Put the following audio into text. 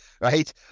Right